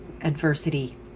adversity